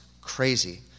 crazy